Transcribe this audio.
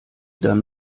dann